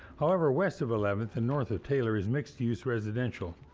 however, west of eleventh and north of taylor is mixed use residential.